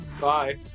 Bye